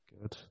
Good